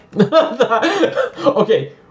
Okay